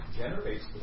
generates